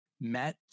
MET